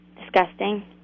Disgusting